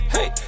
Hey